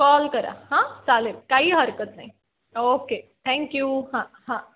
call करा हां चालेल काही हरकत नाही ओके थँक्यू हां हां